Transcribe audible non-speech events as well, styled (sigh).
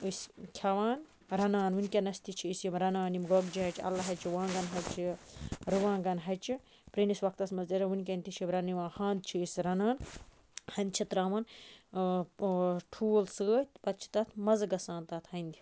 أسۍ کھیٚوان رَنان ونکیٚنَس تہِ چھِ أسۍ رَنان یِم گۄگجہِ ہَچہِ اَلہٕ ہَچہِ وانٛگَن ہَچہِ رُوانٛگَن ہَچہِ پرٲنِس وَقتَس مَنٛز (unintelligible) ونکیٚن تہِ چھ رَننہٕ یِوان ہَنٛد چھِ أسۍ رَنان ہَنٛدٕ چھِ تراوان ٹھوٗل سۭتۍ پَتہٕ چھ تَتھ مَزٕ گَژھان تتھ ہَنٛدِ